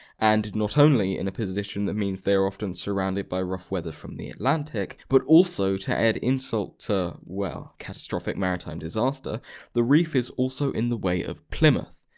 and not only in a position that means they are often surrounded by rough weather from the atlantic, but also to add insult to. well. catastrophic maritime disaster the reef is also in the way of plymouth.